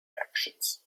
actions